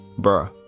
Bruh